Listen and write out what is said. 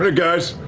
and guys,